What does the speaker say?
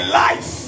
life